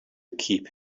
keep